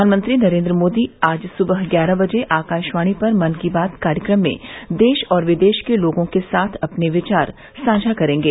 प्रधानमंत्री नरेंद्र मोदी आज सुबह ग्यारह बजे आकाशवाणी पर मन की बात कार्यक्रम में देश और विदेश के लोगों के साथ अपने विचार साझा करेंगे